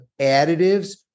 additives